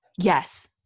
Yes